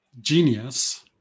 genius